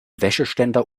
wäscheständer